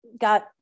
got